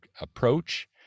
approach